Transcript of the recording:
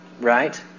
Right